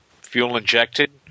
Fuel-injected